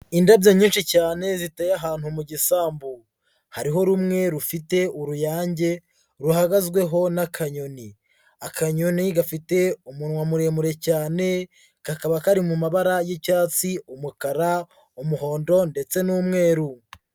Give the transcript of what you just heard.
Indabyo nyinshi cyane ziteye ahantu mu gisambu, hariho rumwe rufite uruyange ruhagazeho n'akanyoni, akanyoni gafite umunwa muremure cyane kakaba kari mu mabara y'icyatsi umukara, umuhondo ndetse n'umweru.